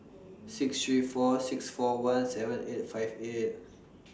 six three four six four one seven eight five eight